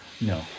No